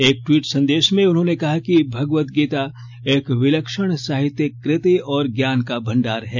एक टवीट संदेश में उन्होंने कहा कि भगवद गीता एक विलक्षण साहित्यिक कृति और ज्ञान का भंडार है